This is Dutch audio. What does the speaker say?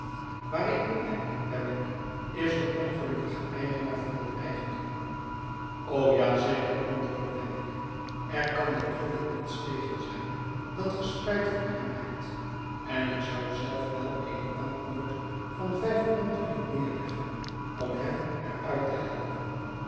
waar ik om denk wemmick is de ongelukkige eigenaar van dat eigendom ja zeker antwoordde w r emmick er kan natuurlijk niets tegen zijn dat ge spijt voor hem hebt en ik zou zelf wel eene banknoot vanvijf pond willen neerleggen om hem er uit te helpen